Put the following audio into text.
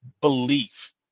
belief